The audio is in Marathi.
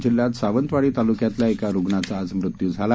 जिल्ह्यात सावंतवाडी तालुक्यातल्या एका रुग्णांचा आज मृत्यू झाला